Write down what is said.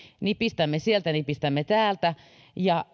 nipistämme sieltä nipistämme täältä ja